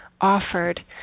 offered